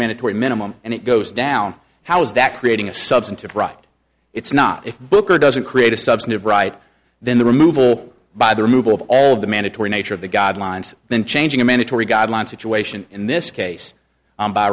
a minimum and it goes down how is that creating a substantive right it's not a book or doesn't create a substantive right then the removal by the removal of all of the mandatory nature of the god lines than changing a mandatory guideline situation in this case